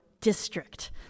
district